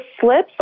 slips